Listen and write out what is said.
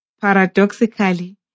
Paradoxically